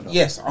yes